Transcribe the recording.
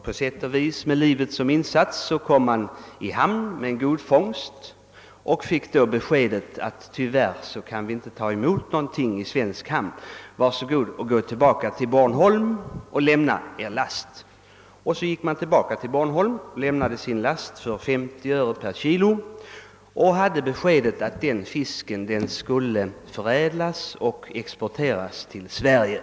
På sätt och vis med livet som insats kom de i hamn med sin fångst men fick då beskedet att ingenting tyvärr kunde tas emot i svensk hamn, utan de uppmanades att gå tillbaka till Bornholm och lämna lasten. Detta gjorde de och lämnade sin last för 50 öre per kilo. De fick därvid veta att fisken skulle förädlas och exporteras till Sverige.